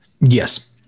Yes